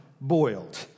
boiled